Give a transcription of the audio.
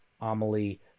Amelie